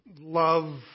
love